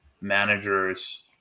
managers